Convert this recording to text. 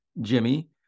Jimmy